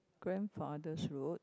grandfather's road